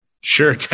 Sure